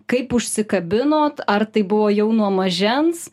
kaip užsikabinot ar tai buvo jau nuo mažens